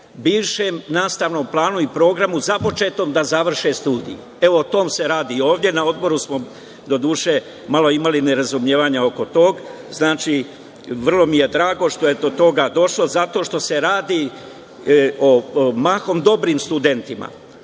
bivšem nastavnom planu i programu započetom da završe studije. O tome se ovde radi, na odboru smo imali malo nerazumevanja oko toga. Znači, vrlo mi je drago što je do toga došlo zato što se radi o mahom dobrim studentima,